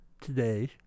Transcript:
today